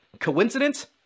Coincidence